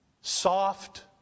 Soft